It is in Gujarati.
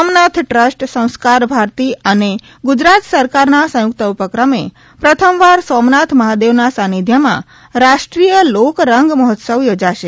સોમનાથ ટ્રસ્ટ સંસ્કાર ભારતીઅનેગુજરાત સરકારના સયુંકત ઉપક્રમે પ્રથમ વાર સોમનાથ મહાદેવ ના સાનિધ્યમાંરાષ્ટ્રીયલોક રંગ મહોત્સવ યોજાશે